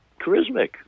charismatic